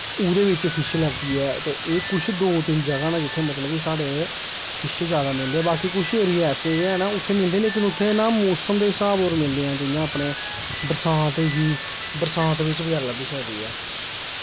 ओह्दे बिच्च फिश लभदी ऐ ते एह् दो कुछ तिन्न कुछ जगह् न जित्थें मतलब कि साढ़े फिश जादा मिलदे बाकी कुछ एरिये ऐसे बी हैन उत्थें मिलदे लेकिन उत्थें मोसम दे स्हाब पर मिलदे ऐ जियां अपने होंदी बरसांत बिच्च बगैरा लब्भी सकदी ऐ